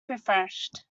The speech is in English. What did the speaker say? refreshed